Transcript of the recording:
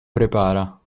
prepara